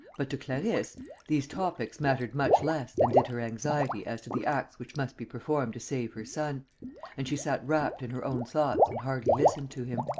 but to clarisse these topics mattered much less than did her anxiety as to the acts which must be performed to save her son and she sat wrapped in her own thoughts and hardly listened to him.